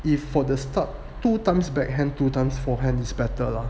if for the start two times backhand two times four hand is better lah